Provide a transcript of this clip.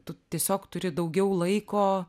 tu tiesiog turi daugiau laiko